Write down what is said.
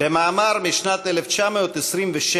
במאמר משנת 1927,